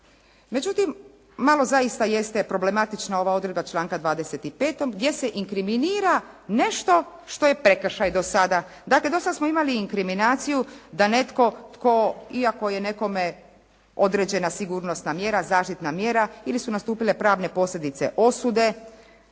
Međutim, malo zaista jedne problematična ova odredba članka 25. gdje se inkriminira nešto što je prekršaj do sada. Dakle, do sada smo imali inkriminaciju da netko tko iako je nekome određena sigurnosna mjera, zaštitna mjera ili su nastupile pravne posljedice osude